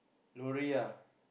lorry ah